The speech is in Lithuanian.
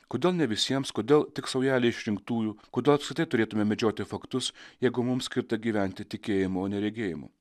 kodėl ne visiems kodėl tik saujelei išrinktųjų kodėl apskritai turėtume medžioti faktus jeigu mums skirta gyventi tikėjimu o ne regėjimu